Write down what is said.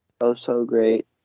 oh-so-great